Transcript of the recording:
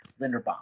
Linderbaum